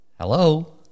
Hello